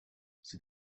sie